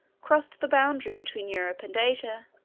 crossed the boundary between europe and asia,